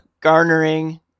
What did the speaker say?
garnering